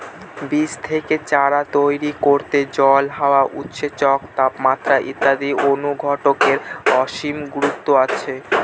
বীজ থেকে চারা তৈরি করতে জল, হাওয়া, উৎসেচক, তাপমাত্রা ইত্যাদি অনুঘটকের অসীম গুরুত্ব আছে